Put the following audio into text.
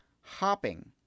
hopping